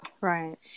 Right